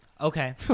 Okay